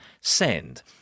Send